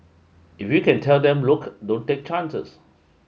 if you can tell them look don't take chances